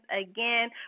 again